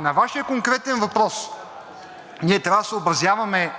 На Вашия конкретен въпрос – ние трябва да съобразяваме